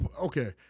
okay